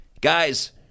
guys